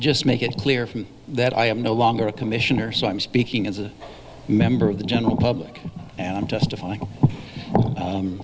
just make it clear that i am no longer a commissioner so i'm speaking as a member of the general public and i'm testifying